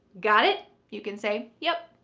got it, you can say, yep.